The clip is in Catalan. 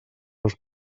els